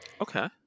Okay